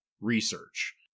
research